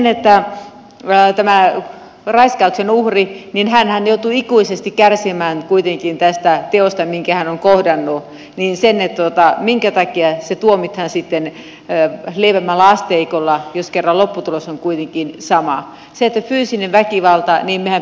kun tämä raiskauksen uhrihan joutuu ikuisesti kärsimään kuitenkin tästä teosta minkä hän on kohdannut niin minkä takia se tuomitaan sitten lievemmällä asteikolla jos kerran lopputulos on kuitenkin sama se tyytyisi niin väkivaltaa niminen